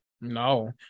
No